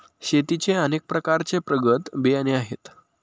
शेतीचे अनेक प्रकारचे प्रगत बियाणे आहेत